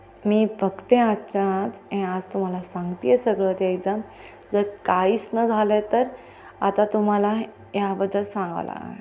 मी बघते आजच्या आज हे आज तुम्हाला सांगते आहे सगळं ते एकदम जर काहीच न झालं आहे तर आता तुम्हाला याबद्दल सांगाव लाग